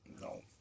No